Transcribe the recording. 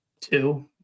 two